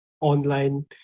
online